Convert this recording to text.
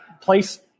place